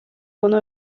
uno